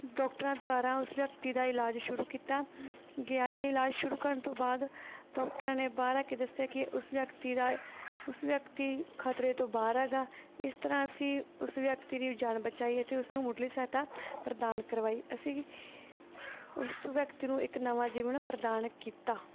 ਡਾਕਟਰਾਂ ਦੁਆਰਾ ਉਸ ਵਿਅਕਤੀ ਦਾ ਇਲਾਜ ਸ਼ੁਰੂ ਕੀਤਾ ਗਿਆ ਅਤੇ ਇਲਾਜ ਸ਼ੁਰੂ ਕਰਨ ਤੋਂ ਬਾਅਦ ਡਾਕਟਰਾਂ ਨੇ ਬਾਹਰ ਆ ਕੇ ਦੱਸਿਆ ਕਿ ਉਸ ਵਿਅਕਤੀ ਦਾ ਉਸ ਵਿਅਕਤੀ ਖ਼ਤਰੇ ਤੋਂ ਬਾਹਰ ਹੈਗਾ ਇਸ ਤਰ੍ਹਾਂ ਅਸੀਂ ਉਸ ਵਿਅਕਤੀ ਦੀ ਜਾਨ ਬਚਾਈ ਅਤੇ ਉਸਨੂੰ ਮੁੱਢਲੀ ਸਹਾਇਤਾ ਪ੍ਰਦਾਨ ਕਰਵਾਈ ਅਸੀਂ ਉਸ ਵਿਅਕਤੀ ਨੂੰ ਇੱਕ ਨਵਾਂ ਜੀਵਨ ਪ੍ਰਦਾਨ ਕੀਤਾ